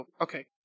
okay